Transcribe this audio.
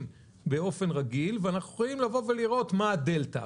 באופן רגיל ואנחנו יכולים לבוא ולראות את הדלתא.